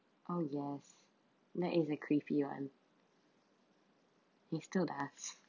oh yes that is a creepy one it still does